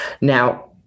Now